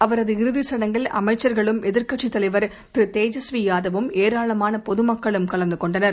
அவரது இறுதி சடங்கில் அமைச்சர்களும் எதிர்கட்சித் தலைவர் திரு் தேஜஸ்வி யாதவும் ஏராளமான பொது மக்களும் கலந்து கொண்டனர்